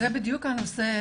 זה בדיוק הנושא,